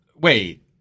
wait